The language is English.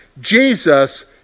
jesus